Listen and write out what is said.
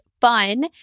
fun